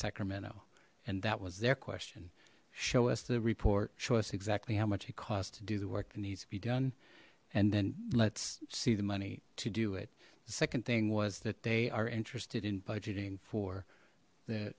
sacramento and that was their question show us the report show us exactly how much it cost to do the work that needs to be done and then let's see the money to do it the second thing was that they are interested in budgeting for the